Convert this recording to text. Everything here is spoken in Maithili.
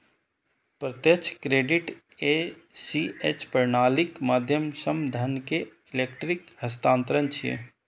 प्रत्यक्ष क्रेडिट ए.सी.एच प्रणालीक माध्यम सं धन के इलेक्ट्रिक हस्तांतरण छियै